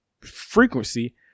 frequency